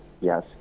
yes